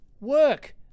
work